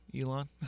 Elon